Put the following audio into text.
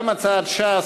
גם הצעת ש"ס,